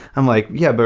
i'm like, yeah. but